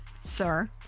sir